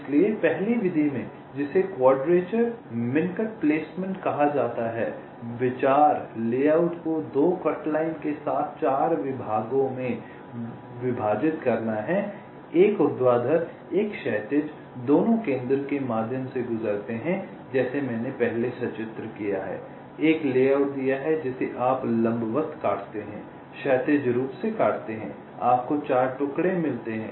इसलिए पहली विधि में जिसे क्वाडरेचर मिन्कट प्लेसमेंट कहा जाता है विचार लेआउट को 2 कटलाइन के साथ 4 भागों में विभाजित करना है 1 ऊर्ध्वाधर 1 क्षैतिज दोनों केंद्र के माध्यम से गुजरते हैं जैसे मैंने पहले सचित्र किया है एक लेआउट दिया है जिसे आप लंबवत काटते हैं क्षैतिज रूप से काटते हैं आपको 4 टुकड़े मिलते हैं